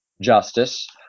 justice